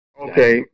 Okay